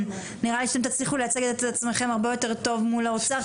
נראה לי שאתם תצליחו לייצג את עצמכם הרבה יותר טוב מול האוצר,